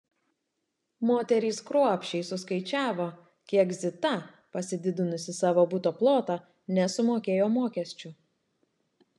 moterys kruopščiai suskaičiavo kiek zita pasididinusi savo buto plotą nesumokėjo mokesčių